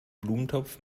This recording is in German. blumentopf